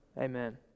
Amen